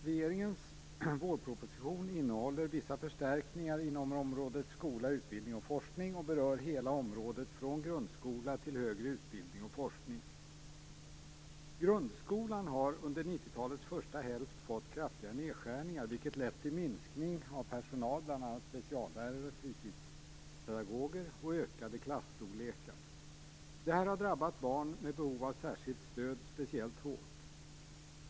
Herr talman! Regeringens vårproposition innehåller vissa förstärkningar inom området skola, utbildning och forskning och berör hela området från grundskola till högre utbildning och forskning. Grundskolan har under 90-talets första hälft fått kraftiga nedskärningar, vilket lett till minskning av personal - bl.a. speciallärare och fritidspedagoger - och ökade klasstorlekar. Det här har drabbat barn med behov av särskilt stöd speciellt hårt.